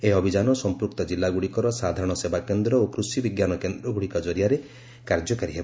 ଏହି ଅଭିଯାନ ସମ୍ପୃକ୍ତ ଜିଲ୍ଲାଗୁଡ଼ିକର ସାଧାରଣ ସେବାକେନ୍ଦ୍ର ଓ କୃଷି ବିଜ୍ଞାନ କେନ୍ଦ୍ରଗୁଡ଼ିକ କରିଆରେ କାର୍ଯ୍ୟକାରୀ ହେବ